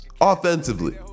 offensively